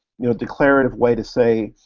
no declarative way to say,